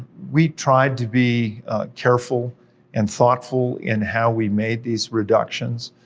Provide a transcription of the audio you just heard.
we tried to be careful and thoughtful in how we made these reductions.